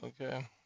Okay